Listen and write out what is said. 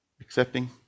accepting